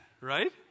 Right